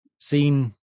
seen